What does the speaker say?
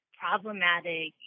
problematic